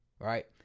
Right